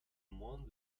moins